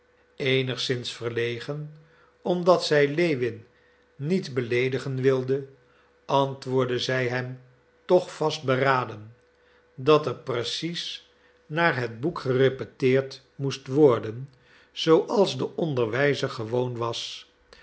eenigszins verlegen omdat zij lewin niet beleedigen wilde antwoordde zij hem toch vastberaden dat er precies naar het boek gerepeteerd moest worden zooals de onderwijzer gewoon was